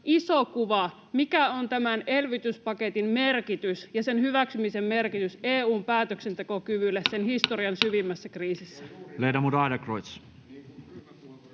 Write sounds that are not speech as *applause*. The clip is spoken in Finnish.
iso kuva, mikä on tämän elvytyspaketin merkitys ja sen hyväksymisen merkitys EU:n päätöksentekokyvylle *noise* sen historian syvimmässä kriisissä.